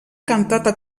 cantata